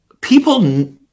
people